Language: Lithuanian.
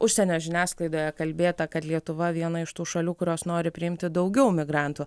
užsienio žiniasklaidoje kalbėta kad lietuva viena iš tų šalių kurios nori priimti daugiau migrantų